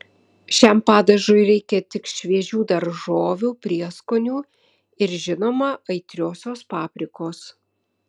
šiam padažui reikia tik šviežių daržovių prieskonių ir žinoma aitriosios paprikos